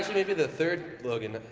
maybe the third logan,